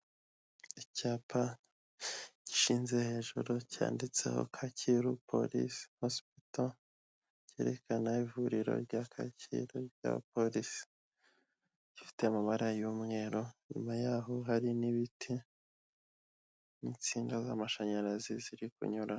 Icyapa gishinze hejuru cyanditseho Kacyiru police hospital cyerekana ivuriro rya Kacyiru ry'abapolisi. Gifite amabara y'umweru. Inyuma yaho hari n'ibiti, n'insinga z'amashanyarazi ziri kunyuraho.